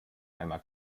einmal